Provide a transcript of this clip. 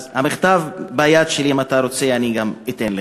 אז המכתב ביד שלי, אם אתה רוצה אני גם אתן לך.